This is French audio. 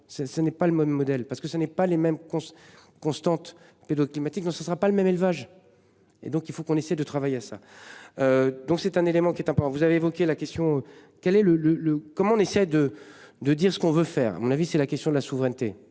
ce n'est pas le même modèle parce que ça n'est pas les mêmes qu'on s'constante pédo-climatiques ne ce ne sera pas le même élevage. Et donc il faut qu'on essaie de travailler, ça. Donc c'est un élément qui est un peu vous avez évoqué la question quel est le le le comment on essaie de de dire ce qu'on veut faire, à mon avis, c'est la question de la souveraineté